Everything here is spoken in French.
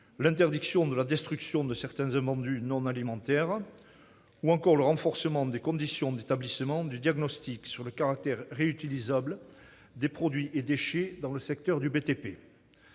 l'interdiction de la destruction de certains invendus non alimentaires ou encore le renforcement des conditions d'établissement du diagnostic sur le caractère réutilisable des produits et déchets dans le secteur du BTP.